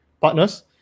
partners